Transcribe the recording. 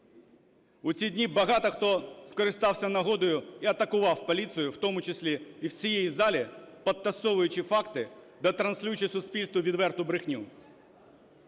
У ці дні багато хто скористався нагодою і атакував поліцію, в тому числі і в цій залі, підтасовуючи факти та транслюючи суспільству відверту брехню.